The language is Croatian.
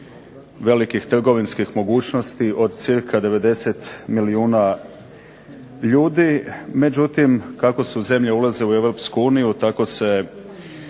velikih trgovinskih mogućnosti od cca 90 milijuna ljudi. Međutim, kako su zemlje ulazile u EU tako se